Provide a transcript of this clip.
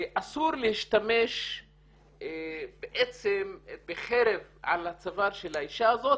אסור להשתמש בעצם בחרב על הצוואר של האישה הזאת,